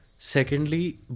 Secondly